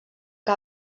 que